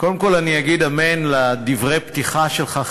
קודם כול אני אגיד "אמן" על דברי הפתיחה שלך,